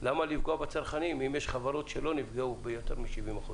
למה לפגוע בצרכנים אם יש חברות שלא נפגעו ביותר מ-70%?